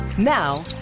Now